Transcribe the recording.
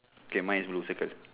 K mine is blue circle